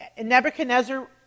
Nebuchadnezzar